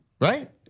right